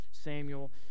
Samuel